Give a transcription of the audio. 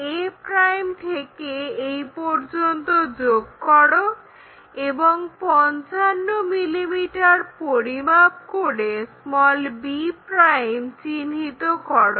a' থেকে এই পর্যন্ত যোগ করো এবং 55 mm পরিমাপ করে b' চিহ্নিত করো